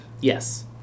Yes